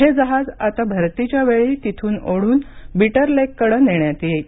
हे जहाज आता भरतीच्या वेळी तिथून ओढून बिटर लेककडे नेण्यात येईल